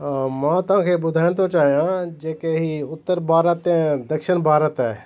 मां तव्हां खे ॿुधाइण थो चाहियां जेके ही उत्तर भारत दक्षिण भारत